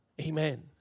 Amen